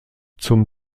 zum